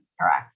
Correct